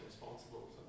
responsible